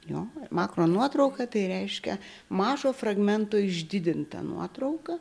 jo makro nuotrauka tai reiškia mažo fragmento išdidinta nuotrauka